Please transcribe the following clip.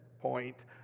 point